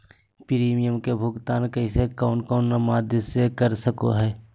Premium के भुक्तान कौन कौन माध्यम से कर सको है?